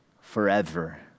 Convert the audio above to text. forever